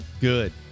Good